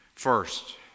First